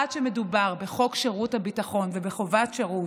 מדובר בחוק שירות הביטחון ובחובת שירות,